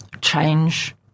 change